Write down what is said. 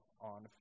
on